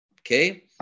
Okay